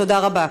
תודה רבה.